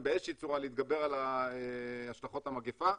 באיזה שהיא צורה להתגבר על ההשלכות של המגפה.